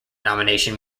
nomination